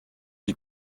die